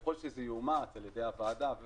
ככל שזה יאומץ על ידי הוועדה,